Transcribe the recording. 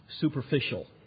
superficial